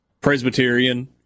Presbyterian